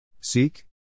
Seek